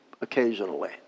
occasionally